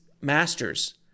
masters